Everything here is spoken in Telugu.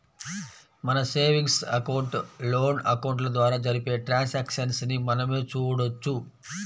మన సేవింగ్స్ అకౌంట్, లోన్ అకౌంట్ల ద్వారా జరిపే ట్రాన్సాక్షన్స్ ని మనమే చూడొచ్చు